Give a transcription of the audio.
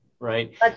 Right